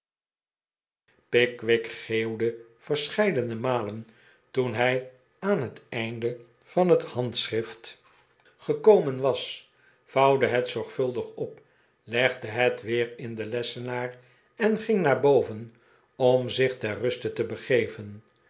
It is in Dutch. pickwick geeuwde verscheidene malen toen hij aan het einde van het handschrift gekomen was vouwde het zorgvuldig op legde het weer in den lessenaar en ging naar boven om zich ter ruste te begeven